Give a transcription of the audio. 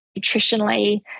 nutritionally